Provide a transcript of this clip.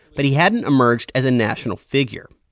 but he hadn't emerged as a national figure.